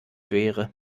wäre